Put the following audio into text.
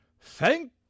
Thank